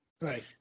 Right